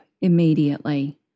immediately